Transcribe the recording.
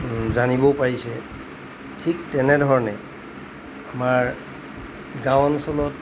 জানিবও পাৰিছে ঠিক তেনেধৰণে আমাৰ গাঁও অঞ্চলত